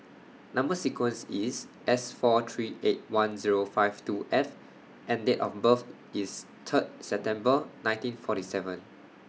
Number sequence IS S four three eight one Zero five two F and Date of birth IS Third September nineteen forty seven